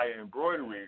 embroidery